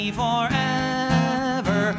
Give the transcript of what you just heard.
forever